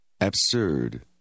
Absurd